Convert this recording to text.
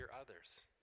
others